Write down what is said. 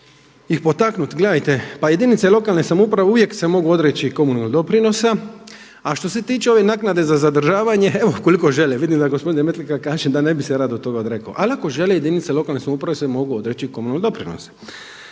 ih potaknuti, gledajte, pa jedinica lokalne samouprave uvijek se mogu odreći komunalnog doprinosa, a što se tiče ove naknade za zadržavanje, ukoliko žele vidim da gospodin Metlika kaže da ne bi se rado toga odrekao, ali ako žele jedinica lokalne samouprave se mogu odreći komunalnog doprinosa.